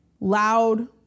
loud